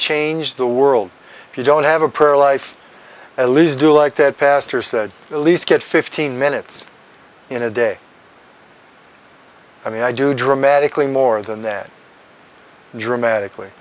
change the world if you don't have a prayer life at least do like that pastor said at least get fifteen minutes in a day i mean i do dramatically more than that dramatically